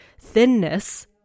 thinness